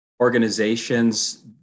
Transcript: organizations